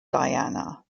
diana